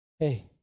Hey